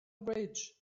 bridge